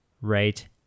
right